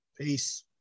Peace